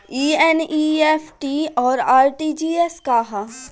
ई एन.ई.एफ.टी और आर.टी.जी.एस का ह?